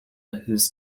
whose